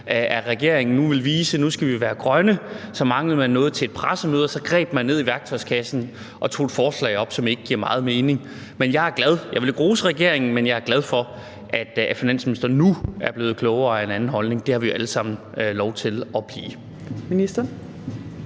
at regeringen nu vil vise, at nu skal vi være grønne, og så manglede man noget til et pressemøde, og så greb man ned i værktøjskassen og tog et forslag op, som ikke giver meget mening. Jeg vil ikke rose regeringen, men jeg er glad for, at finansministeren nu er blevet klogere og af en anden holdning. Det har vi jo alle sammen lov til at blive.